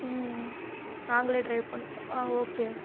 ம் நாங்களே டிரைவ் பண் ஆ ஓகே